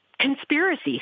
conspiracy